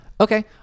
Okay